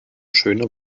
schöne